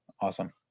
Awesome